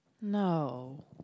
no